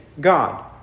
God